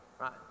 Right